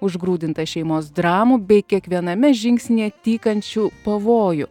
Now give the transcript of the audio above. užgrūdinta šeimos dramų bei kiekviename žingsnyje tykančių pavojų